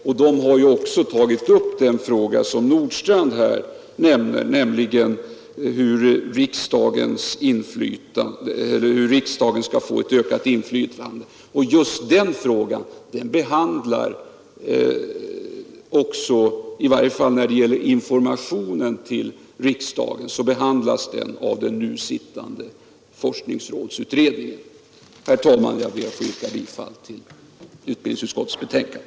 Revisorerna har ju även tagit upp den fråga som herr Nordstrandh berörde, nämligen hur riksdagen skall få ett ökat inflytande. I varje fall informationen till riksdagen behandlas av den nu sittande forskningsrådsutredningen. Jag ber, herr talman, att få yrka bifall till utbildningsutskottets hemställan.